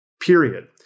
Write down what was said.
period